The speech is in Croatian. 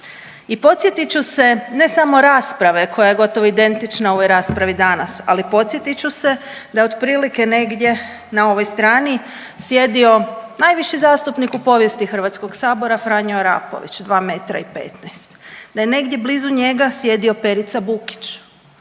I podsjetit ću se, ne samo rasprave koja je gotovo identična ovoj raspravi danas, ali podsjetit ću se da je otprilike negdje na ovoj strani sjedio najviši zastupnik u povijesti HS-a, Franjo Arapović, 2 m i 15. Da je negdje blizu njega sjedio Perica Bukić,